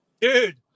dude